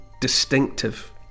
distinctive